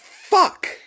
fuck